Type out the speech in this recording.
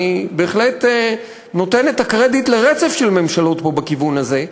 אני בהחלט נותן את הקרדיט לרצף של ממשלות בכיוון הזה,